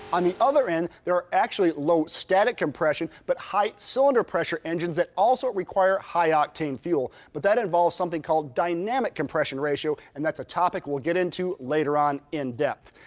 on the other end there are actually low static compression but high cylinder pressure engines that also require high octane fuel, but that involves something called dynamic compression ratio, and that's a topic we'll get into later on in depth.